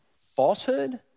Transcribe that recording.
falsehood